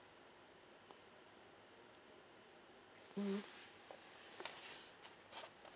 mm